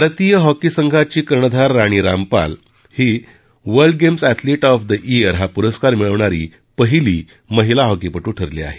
भारतीय हॉकी संघाची कर्णधार राणी रामपाल ही world games athlete of the year हा पुरस्कार मिळवणारी पहिली महिला हॉकीपटू ठरली आहे